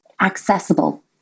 accessible